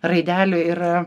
raidelių ir